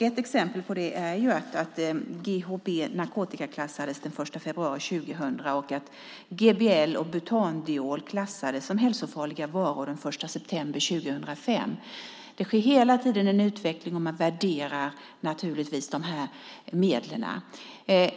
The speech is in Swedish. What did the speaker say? Ett exempel på det är att GHB narkotikaklassades den 1 februari 2000 och att GBL och butandiol klassades som hälsofarliga varor den 1 september 2005. Det sker hela tiden en utveckling i värderingen av dessa medel.